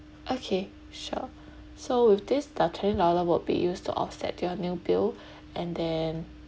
okay sure so with this the twenty dollar would be used to offset your new bill and then